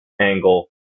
angle